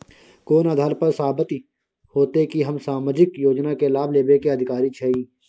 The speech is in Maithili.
कोन आधार पर साबित हेते की हम सामाजिक योजना के लाभ लेबे के अधिकारी छिये?